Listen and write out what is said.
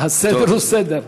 הסדר הוא סדר.